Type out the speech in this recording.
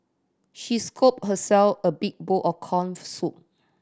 she scooped herself a big bowl of corn soup